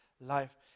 life